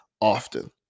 often